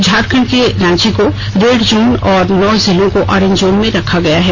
झारखंड के रांची को red zone और नौ जिलों को ऑरेंज जोन में रखा गया है